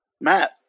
Matt